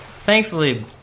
thankfully